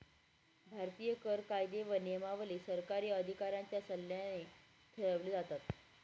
भारतीय कर कायदे व नियमावली सरकारी अधिकाऱ्यांच्या सल्ल्याने ठरवली जातात